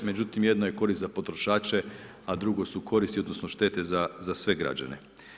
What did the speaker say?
Međutim jedno je korist za potrošače, a drugo su koristi odnosno štete za sve građana.